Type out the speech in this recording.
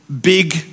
big